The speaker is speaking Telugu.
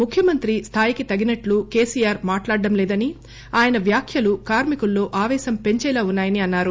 ముఖ్యమంత్రి స్థాయికి తగినట్లు ఆయన మాట్లాడటంలేదని ఆయన వ్యాఖ్యలు కార్మికుల్లో ఆపేశం పెంచేలా ఉన్నాయని అన్నారు